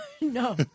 No